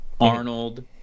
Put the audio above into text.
Arnold